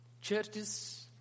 churches